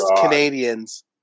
Canadians